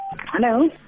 Hello